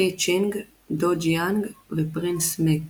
חי צ'ינג, דו ג'יאנג ופרינס מק.